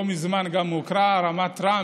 לא מזמן גם הוכרה רמת טראמפ.